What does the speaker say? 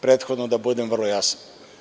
Prethodno da budem vrlo jasan.